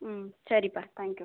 ம் சரிப்பா தேங்க்யூ